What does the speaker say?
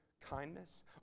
kindness